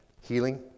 Healing